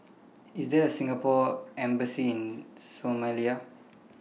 IS There A Singapore Embassy in Somalia